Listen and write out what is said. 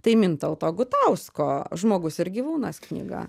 tai mintauto gutausko žmogus ir gyvūnas knyga